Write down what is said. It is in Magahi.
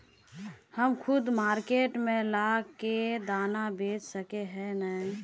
हम खुद मार्केट में ला के दाना बेच सके है नय?